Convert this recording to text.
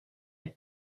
had